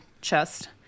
chest